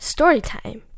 Storytime